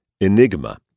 Enigma